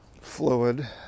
fluid